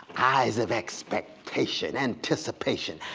eyes of expectation, anticipation.